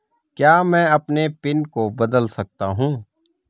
क्या मैं अपने पिन को बदल सकता हूँ?